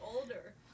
older